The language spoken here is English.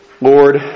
Lord